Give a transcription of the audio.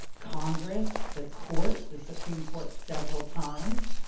congress, the courts, the supreme court several times,